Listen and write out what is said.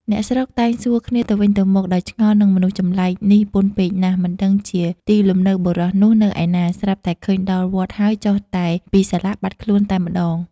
អ្នកស្រុកតែងសួរគ្នាទៅវិញទៅមក ដោយឆ្ងល់នឹងមនុស្សចម្លែកនេះពន់ពេកណាស់ មិនដឹងជាទីលំនៅបុរសនោះនៅឯណា ស្រាប់តែឃើញដល់វត្ត ហើយចុះតែពីសាលាបាត់ខ្លួនតែម្ដង ។